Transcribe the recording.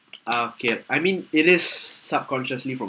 ah okay I mean it is subconsciously from